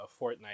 fortnite